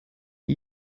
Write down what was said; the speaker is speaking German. ein